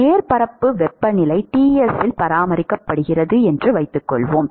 மேற்பரப்பு வெப்பநிலை Ts இல் பராமரிக்கப்படுகிறது என்று வைத்துக்கொள்வோம்